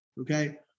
okay